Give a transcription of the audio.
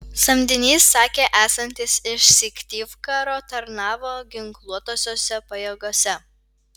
samdinys sakė esantis iš syktyvkaro tarnavo ginkluotosiose pajėgose